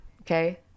Okay